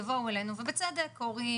יבואו אלינו ובצדק - הורים,